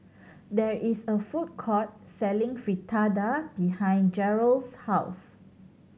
there is a food court selling Fritada behind Gearld's house